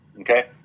okay